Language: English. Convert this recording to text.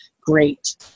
great